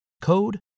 code